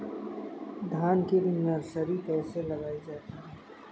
धान के लिए नर्सरी कैसे लगाई जाती है?